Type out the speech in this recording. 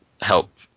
help